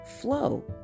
flow